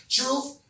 Truth